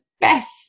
best